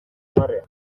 hamarrean